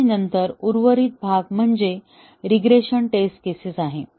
आणि नंतर उर्वरित भाग म्हणजे रीग्रेशन टेस्ट केसेस आहे